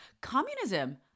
communism